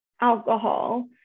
alcohol